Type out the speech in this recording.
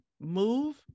move